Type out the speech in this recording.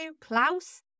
Klaus